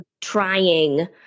trying